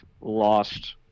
lost